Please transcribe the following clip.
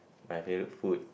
my favourite food